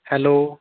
hello